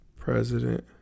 president